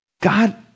God